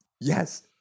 Yes